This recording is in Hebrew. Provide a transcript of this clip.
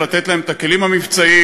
לתת להם את הכלים המבצעיים,